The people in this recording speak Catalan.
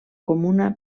comuna